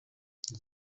iki